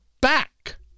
back